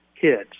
kids